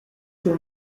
for